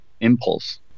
impulse